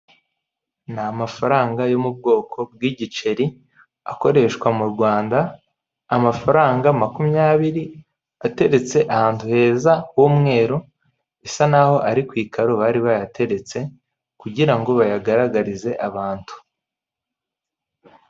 Ni amafaranga yo mu bwoko bw'igiceri akoreshwa mu Rwanda amafaranga makumyabiri ateretse ahantu heza h'umweru bisa n'aho ari ku ikaro bari bayateretse kugira ngo bayagaragarize abantu.